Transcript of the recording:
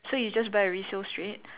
so you just buy resale straight